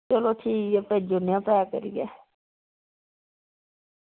चलो ठीक ऐ भेजी ओड़ने आं पैक करियै